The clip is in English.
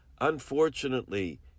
Unfortunately